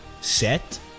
set